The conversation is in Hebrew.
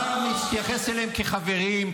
אתה מתייחס אליהם כחברים,